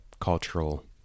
cultural